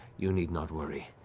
you need not worry.